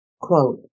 quote